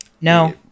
No